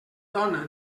dona